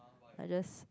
I just